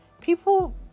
people